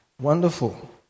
Wonderful